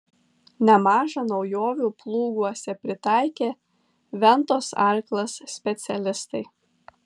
nemaža naujovių plūguose pritaikė ventos arklas specialistai